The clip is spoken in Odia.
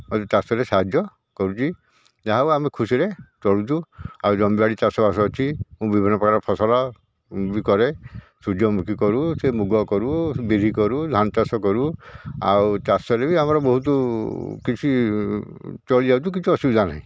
ହେଉଛି ଚାଷରେ ସାହାଯ୍ୟ କରୁଛି ଯାହ ହେଉ ଆମେ ଖୁସିରେ ଚଳୁଛୁ ଆଉ ଜମି ବାଡ଼ି ଚାଷବାସ ଅଛି ବିଭିନ୍ନପ୍ରକାର ଫସଲ ବି କରେ ସୂର୍ଯ୍ୟମୁଖୀ କରୁ ସେ ମୁଗ କରୁ ସେ ବିରି କରୁ ଧାନ ଚାଷ କରୁ ଆଉ ଚାଷରେ ବି ଆମର ବହୁତ କିଛି ଚଳି ଯାଉଛୁ କିଛି ଅସୁବିଧା ନାହିଁ